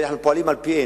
ואנחנו פועלים על-פיהם.